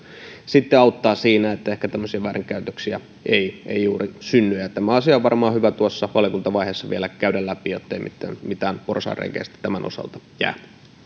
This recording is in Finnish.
sitten auttaa siinä että ehkä tämmöisiä väärinkäytöksiä ei ei juuri synny tämä asia on varmaan hyvä tuossa valiokuntavaiheessa vielä käydä läpi jottei mitään mitään porsaanreikiä sitten tämän osalta